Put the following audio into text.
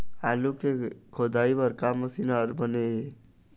आलू के खोदाई बर का मशीन हर बने ये?